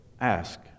Ask